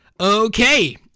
Okay